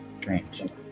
Strange